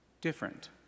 different